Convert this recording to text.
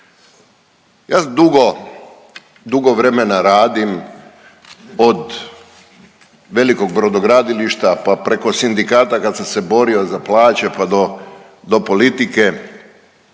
dugo vremena radim od velikog brodogradilišta pa preko sindikata kada sam se borio za plaće pa do politike